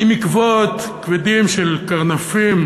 עם עקבות כבדים של קרנפים,